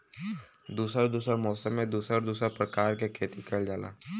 दुसर दुसर मौसम में दुसर दुसर परकार के खेती कइल जाला